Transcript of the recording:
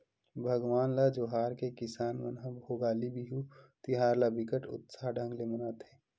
भगवान ल जोहार के किसान मन ह भोगाली बिहू तिहार ल बिकट उत्साह ढंग ले मनाथे